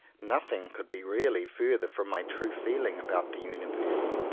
nothing could be really further from my true feeling about the universe.